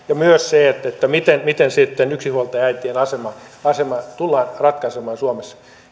ja myös se miten miten sitten yksinhuoltajaäitien asema asema tullaan ratkaisemaan suomessa